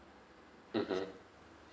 mmhmm